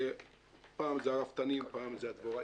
פעם אלה הרפתנים, פעם אלה הדבוראים,